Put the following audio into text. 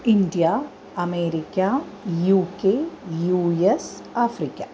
India America U K U S Africa